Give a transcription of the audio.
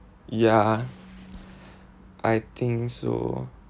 ya I think so